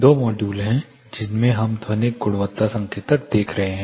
दो मॉड्यूल हैं जिनमें हम ध्वनिक गुणवत्ता संकेतक देख रहे हैं